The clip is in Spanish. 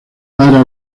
para